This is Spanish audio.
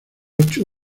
ocho